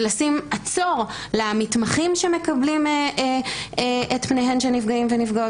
ולשים עצור למתמחים שמקבלים את פניהם של נפגעים ונפגעות